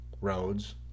roads